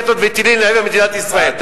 10,000 רקטות וטילים לעבר מדינת ישראל,